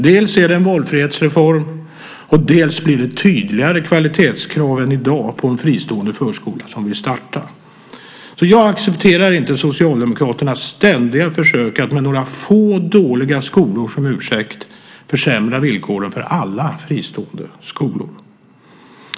Dels är det en valfrihetsreform, dels blir det tydligare kvalitetskrav än i dag på en fristående förskola som vill starta. Jag accepterar inte Socialdemokraternas ständiga försök att med några få dåliga skolor som ursäkt försämra villkoren för alla fristående skolor.